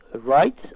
rights